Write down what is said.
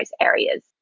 areas